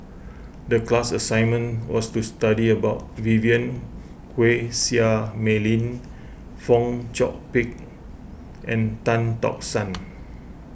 tclass assignment was to study about Vivien Quahe Seah Mei Lin Fong Chong Pik and Tan Tock San